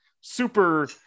super